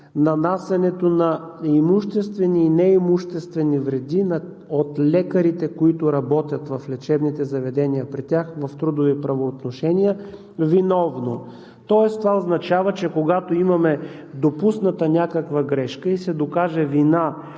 нанасянето на имуществени и неимуществени вреди от лекарите, които работят в лечебните заведения при тях, в трудови правоотношения виновно. Тоест това означава, че когато имаме допусната някаква грешка и се докаже вина